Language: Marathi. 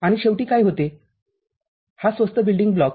आणि शेवटी काय येते हा स्वस्त बिल्डिंग ब्लॉक